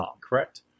Correct